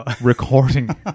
recording